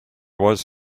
was